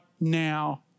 now